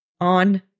on